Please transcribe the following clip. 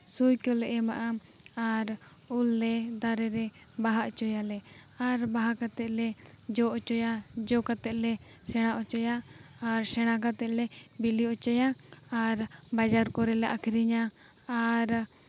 ᱥᱩᱭ ᱠᱚᱞᱮ ᱮᱢᱟᱜᱼᱟ ᱟᱨ ᱩᱞ ᱞᱮ ᱫᱟᱨᱮ ᱨᱮ ᱵᱟᱦᱟ ᱦᱚᱪᱚᱭᱟᱞᱮ ᱟᱨ ᱵᱟᱦᱟ ᱠᱟᱛᱮᱫ ᱞᱮ ᱡᱚ ᱦᱚᱪᱚᱭᱟ ᱡᱚ ᱠᱟᱛᱮᱫ ᱞᱮ ᱥᱮᱬᱟ ᱦᱚᱪᱚᱭᱟ ᱟᱨ ᱥᱮᱬᱟ ᱠᱟᱛᱮᱫ ᱞᱮ ᱵᱤᱞᱤ ᱦᱚᱪᱚᱭᱟ ᱟᱨ ᱵᱟᱡᱟᱨ ᱠᱚᱨᱮ ᱞᱮ ᱟᱹᱠᱷᱨᱤᱧᱟ ᱟᱨ